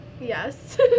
Yes